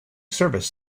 service